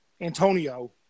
Antonio